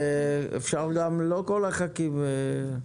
ב-1 במרס